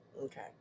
Okay